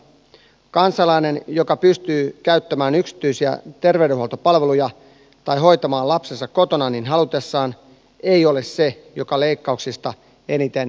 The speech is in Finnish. kansalainen joka pystyy käyttämään yksityisiä terveydenhuoltopalveluja tai hoitamaan lapsensa kotona niin halutessaan ei ole se joka leikkauksista eniten kärsii